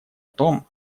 том